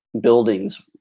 buildings